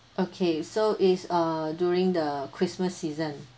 okay so is uh during the christmas season